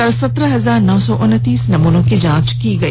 कल सत्रह हजार नौ सौ उनतीस नमूनों की जांच हुई